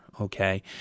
okay